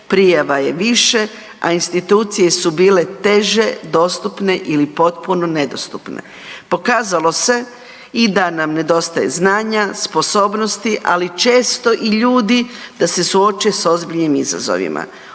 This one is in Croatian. prijava je više, a institucije su bile teže, dostupno ili potpuno nedostupne. Pokazalo se i da nam nedostaje znanja, sposobnosti, ali često i ljudi da se suoče sa ozbiljnim izazovima.